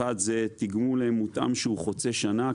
1. זה תגמול מותאם שחוצה שנה,